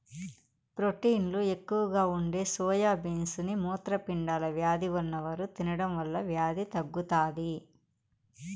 ప్రోటీన్లు ఎక్కువగా ఉండే సోయా బీన్స్ ని మూత్రపిండాల వ్యాధి ఉన్నవారు తినడం వల్ల వ్యాధి తగ్గుతాది